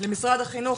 למשרד החינוך,